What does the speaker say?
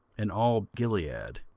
and all gilead,